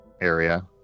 area